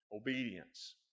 obedience